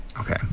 okay